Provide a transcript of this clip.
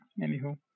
Anywho